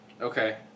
Okay